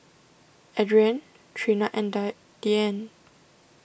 Adrienne Trina and die Deane